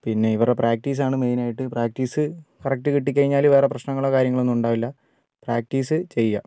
പിന്നെ ഇവറുടെ പ്രാക്റ്റീസ് ആണ് മെയിൻ ആയിട്ട് പ്രാക്റ്റീസ് കറക്ട് കിട്ടിക്കഴിഞ്ഞാൽ വേറെ പ്രശ്നങ്ങളോ കാര്യങ്ങളോ ഒന്നും ഉണ്ടാകില്ല പ്രാക്റ്റീസ് ചെയ്യുക